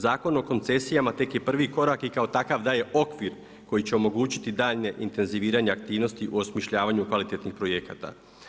Zakon o koncesijama tek je prvi korak i kao takav daje okvir koji će omogućiti daljnje intenziviranje aktivnosti u osmišljavanju kvalitetnih projekata.